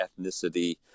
ethnicity